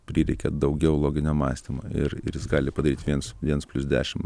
prireikia daugiau loginio mąstymo ir ir jis gali padaryt viens viens plius dešim